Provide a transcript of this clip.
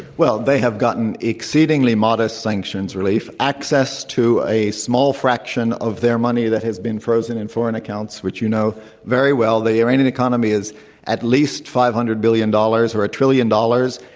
well, they have gotten exceedingly modest sanctions re lief, access to a small fraction of their money that has been frozen in foreign accounts, which you know very well the iranian economy is at least five hundred billion dollars or a trillion dollars.